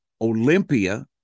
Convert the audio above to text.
olympia